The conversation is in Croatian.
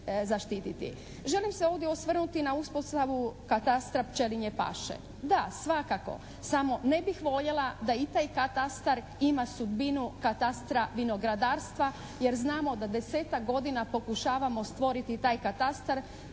zaštititi. Želim se ovdje osvrnuti na uspostavu katastra pčelinje paše. Da, svakako, samo ne bih voljela da i taj katastar ima sudbinu katastra vinogradarstva, jer znamo da desetak godina pokušavamo stvoriti taj katastar.